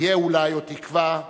תהיה אולי עוד תקווה: